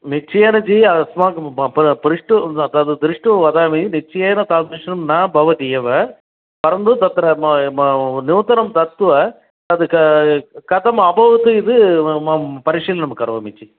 निश्चयेन जी अस्माकं पृष्टु दृष्ट्वा वदामि निश्चयेन तादृशं न भवति एव परन्तु तत्र नूतनं दत्वा तद् कथम् अभवत् इत् मां परिशीलनं करोमि जी